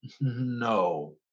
No